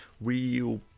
real